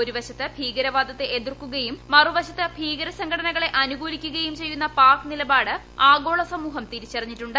ഒരുവശത്ത് ഭീകരവാദത്തെ എതിർക്കുകയും മറുവശത്ത് ഭീകരസംഘടനകളെ അനുകൂലിക്കുകയും ചെയ്യുന്ന പാകിസ്ഥാന്റെ നിലപാട് ആഗോളസമൂഹം തിരിച്ചറിഞ്ഞിട്ടുണ്ട്